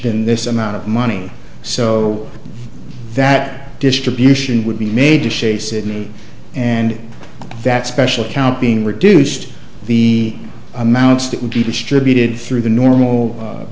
in this amount of money so that distribution would be made to shea sydney and that special account being reduced the amounts that would be distributed through the normal